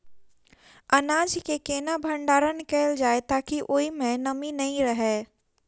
अनाज केँ केना भण्डारण कैल जाए ताकि ओई मै नमी नै रहै?